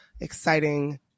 exciting